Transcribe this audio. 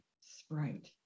Sprite